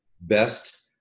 best